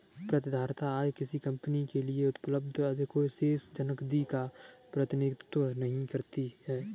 प्रतिधारित आय किसी कंपनी के लिए उपलब्ध अधिशेष नकदी का प्रतिनिधित्व नहीं करती है